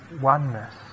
oneness